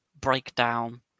breakdown